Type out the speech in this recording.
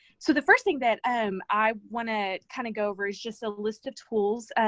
so, the first thing that um i want to kind of go over is just a list of tools.